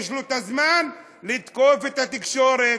יש לו הזמן לתקוף את התקשורת,